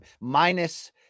minus